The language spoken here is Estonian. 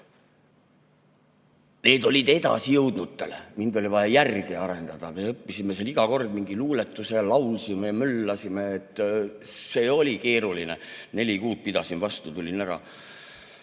Need olid edasijõudnutele, mind oli vaja järele aidata. Me õppisime seal iga kord mingi luuletuse, laulsime, möllasime. See oli keeruline. Neli kuud pidasin vastu, tulin ära.